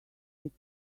fixed